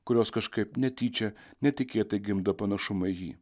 kurios kažkaip netyčia netikėtai gimdo panašumą į jį